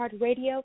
Radio